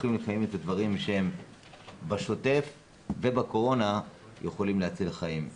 שוכחים לפעמים את הדברים שהם בשוטף ובקורונה יכולים להציל חיים.